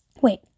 Wait